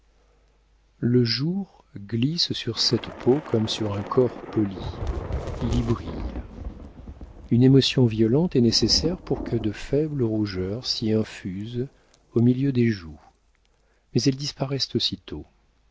le jour glisse sur cette peau comme sur un corps poli il y brille une émotion violente est nécessaire pour que de faibles rougeurs s'y infusent au milieu des joues mais elles disparaissent aussitôt